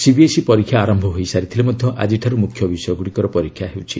CBSE ପରୀକ୍ଷା ଆରମ୍ଭ ହୋଇସାରିଥିଲେ ମଧ୍ୟ ଆକ୍ଷିଠାରୁ ମୁଖ୍ୟ ବିଷୟଗୁଡ଼ିକର ପରୀକ୍ଷା ହେଉଛି